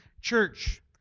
church